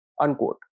Unquote